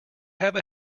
have